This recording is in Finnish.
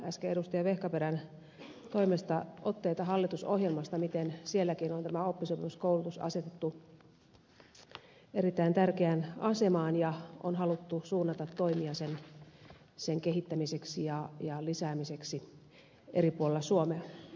vehkaperän toimesta otteita hallitusohjelmasta miten sielläkin on tämä oppisopimuskoulutus asetettu erittäin tärkeään asemaan ja on haluttu suunnata toimia sen kehittämiseksi ja lisäämiseksi eri puolilla suomea